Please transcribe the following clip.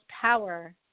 power